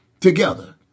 together